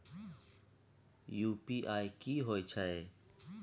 UPI की होय छै?